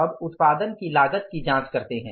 अब उत्पादन की लागत की जाँच करते हैं